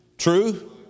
true